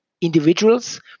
individuals